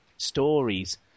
Stories